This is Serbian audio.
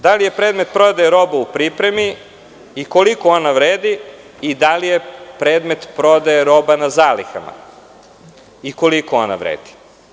Da li je predmet prodaje roba u pripremi i koliko ona vredi i da li je predmet prodaja robe na zalihama i koliko ona vredi?